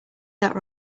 that